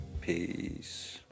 peace